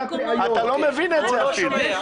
אתה לא מבין את זה, אפילו.